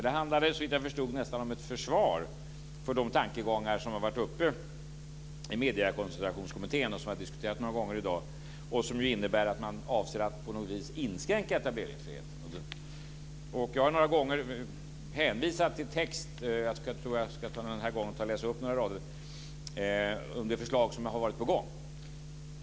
Det handlade, såvitt jag förstod, nästan om ett försvar för de tankegångar som har varit uppe i Mediekoncentrationskommittén, som vi har diskuterat några gånger i dag. De innebär ju att man avser att på något vis inskränka etableringsfriheten. Jag har några gånger hänvisat till text - jag tror att jag den här gången ska ta och läsa upp några rader - om det förslag som har varit på gång.